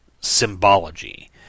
symbology